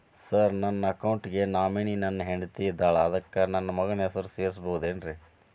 Sir ನನ್ನ account ಗೆ nominee ನನ್ನ ಹೆಂಡ್ತಿ ಇದ್ದಾಳ ಅದಕ್ಕ ನನ್ನ ಮಗನ ಹೆಸರು ಸೇರಸಬಹುದೇನ್ರಿ?